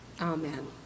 amen